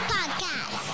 Podcast